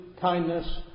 kindness